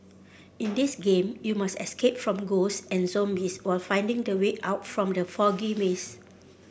in this game you must escape from ghosts and zombies while finding the way out from the foggy maze